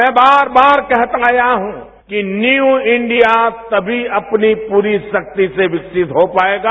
मैं बार बार कहता आया हूं कि न्यू इंडिया तभी अपनी पूरी शाकि से विकसित हो पाएगा